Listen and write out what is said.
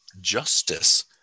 justice